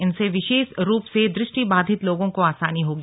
इनसे विशेष रूप से दृष्टि बाधित लोगों को आसानी होगी